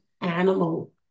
animal